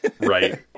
right